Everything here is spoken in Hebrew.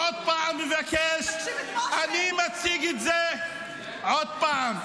אני עוד פעם מבקש --- תקשיב למשה -- אני מציג את זה עוד פעם.